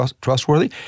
trustworthy